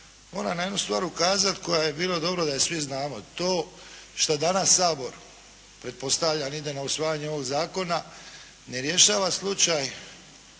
moram na jednu stvar ukazati koju bi bilo dobro da je svi znamo. To što danas Sabor pretpostavljam ide na usvajanje ovog zakona, ne rješava slučaj